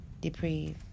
deprive